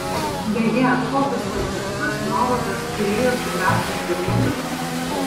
beje kokius kontaktus novakas turėjo su graco firmomis